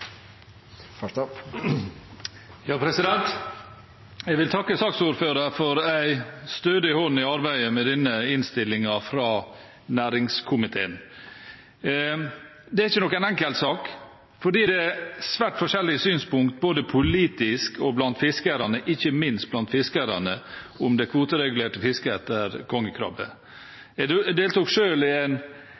vil takke saksordføreren for en stødig hånd i arbeidet med denne innstillingen fra næringskomiteen. Det er ikke noen enkel sak, for det er svært forskjellige synspunkter både politisk og blant fiskerne – ikke minst blant fiskerne – på det kvoteregulerte fisket etter kongekrabbe. Jeg deltok selv i